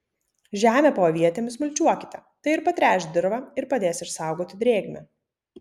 žemę po avietėmis mulčiuokite tai ir patręš dirvą ir padės išsaugoti drėgmę